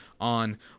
on